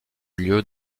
lieu